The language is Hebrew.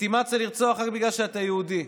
לגיטימציה לרצוח רק בגלל שאתה יהודי.